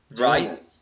Right